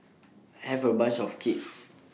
have A bunch of kids